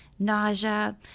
nausea